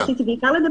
חוסכים בשקל.